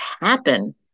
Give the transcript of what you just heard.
happen